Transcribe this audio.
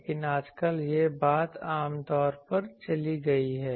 लेकिन आजकल यह बात आम तौर पर चली गई है